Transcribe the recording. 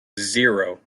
zero